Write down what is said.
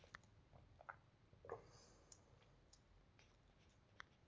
ಹುಲ್ಲ ಬಾಳ ಎತ್ತರ ಬೆಳಿಲಂಗ ಅವಾಗ ಅವಾಗ ಕತ್ತರಸ್ತಾರ